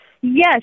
Yes